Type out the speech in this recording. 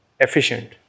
efficient